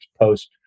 post